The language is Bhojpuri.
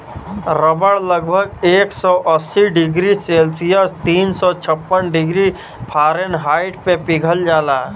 रबड़ लगभग एक सौ अस्सी डिग्री सेल्सियस तीन सौ छप्पन डिग्री फारेनहाइट पे पिघल जाला